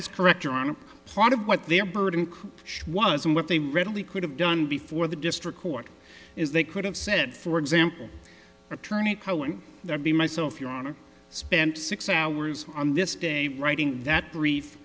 is correct or on a part of what their burden was and what they really could have done before the district court is they could have said for example attorney cohen there be myself your honor spent six hours on this day writing that brief